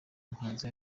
muhanzi